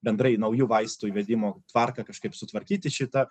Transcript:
bendrai naujų vaistų įvedimo tvarką kažkaip sutvarkyti šitą